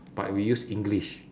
but we use english